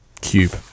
Cube